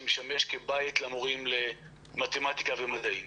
שמשמש כבית למורים למתימטיקה ומדעים.